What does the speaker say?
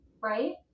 right